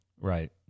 Right